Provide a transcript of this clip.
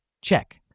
Check